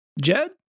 Jed